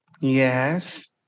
Yes